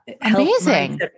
Amazing